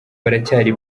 baracyari